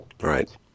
right